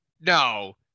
No